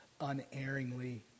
unerringly